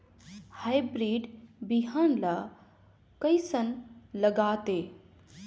Hybrid बिहान ला कइसन लगाथे?